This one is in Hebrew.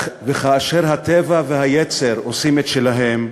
וכאשר הטבע והיצר עושים את שלהם,